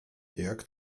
jak